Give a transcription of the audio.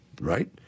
right